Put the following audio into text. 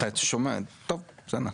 טוב, בסדר.